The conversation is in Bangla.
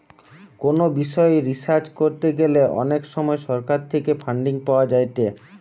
কোনো বিষয় রিসার্চ করতে গ্যালে অনেক সময় সরকার থেকে ফান্ডিং পাওয়া যায়েটে